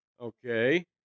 Okay